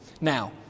Now